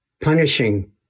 punishing